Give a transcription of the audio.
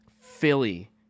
Philly